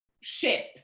ship